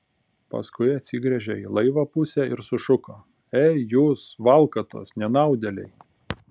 paskui atsigręžė į laivo pusę ir sušuko ei jūs valkatos nenaudėliai